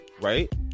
right